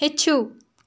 ہیٚچھِو